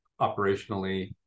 operationally